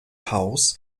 haus